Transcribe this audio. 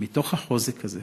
ומתוך החוזק הזה